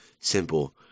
simple